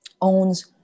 owns